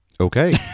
Okay